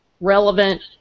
relevant